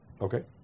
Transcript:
Okay